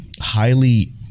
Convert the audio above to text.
highly